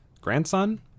Grandson